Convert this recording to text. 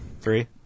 Three